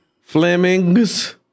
Fleming's